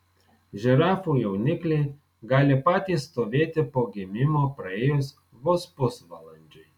žirafų jaunikliai gali patys stovėti po gimimo praėjus vos pusvalandžiui